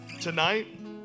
Tonight